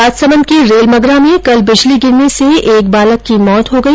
राजसमंद के रेलमगरा में कल बिजली गिरने से क बालक की मौत हो गई